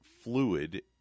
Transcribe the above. fluid